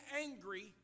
angry